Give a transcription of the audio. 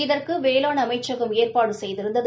இதற்கு வேளாண் அமைச்சகம் ஏற்பாடு செய்திருந்தது